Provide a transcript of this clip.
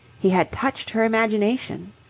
he had touched her imagination.